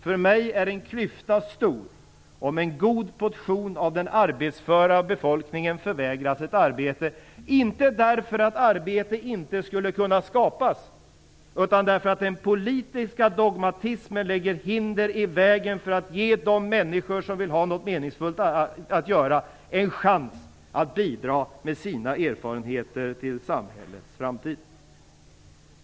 För mig är en klyfta stor om en god portion av den arbetsföra befolkningen förvägras ett arbete inte därför att arbete inte skulle kunna skapas, utan därför att den politiska dogmatismen lägger hinder i vägen för att ge de människor som vill ha något meningsfullt att göra en chans att bidra med sina erfarenheter till samhällets framtid.